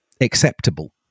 acceptable